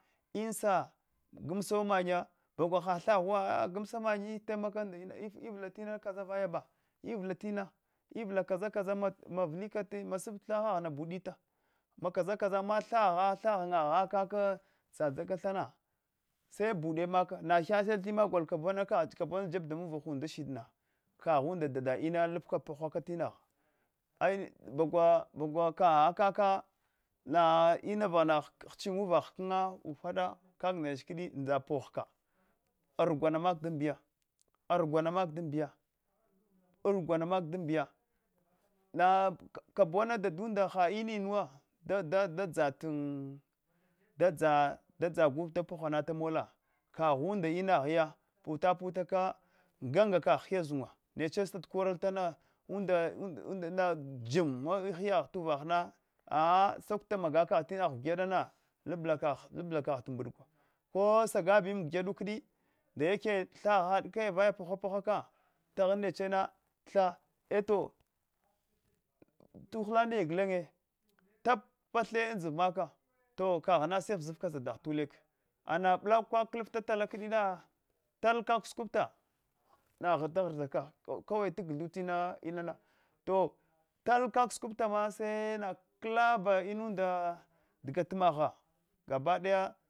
Insa gansawa mannya bagwa ha tha ghuwa a’a gamsa mannya itena ndina ivla tina kasa masis ana tha haghama bulitama kasa kasa ama tha gha lhahaghinha kaka dzakatana se bude maka na ghya ghyel timi gol kubana kagh kubana jeb damuvah umla shidna ka ghunda dada ina lablakana pahuta tinagha ai bagwa kaka ina vaghana hichin uvah hkna ufada kaka ndeche kdi ndzapoh ka rugwana maka tadiya rugwana mak tadiya rugwana maka dandiya na kasuwa dadunda ha innuwa da dzatan dadza gula poh mola kaghunda inagheya puta put aka nga nga kagh hiya zunnwa neche sata karals tona unda shid nadimma hiya tu uvahe a sakuta maga kagh tinasha suguadina labla kagh lashla kagh taubukwa ko sagab in gugyadu vdi dayaka tha gha hahad kaya vaya paghu paghuka tashan nechma tha eto tuhula naya gukenye tappa tha andswa maka to kashna se vzuka zadagh tuleke ana bulak kaka klaftala kdina tal kak sukutana ghrda ghrdaka kaulai natashu tina inana to tal kaka sukubta mesaba kalaba inunda gat kamagha gabadaya